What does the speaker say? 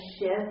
shift